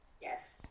Yes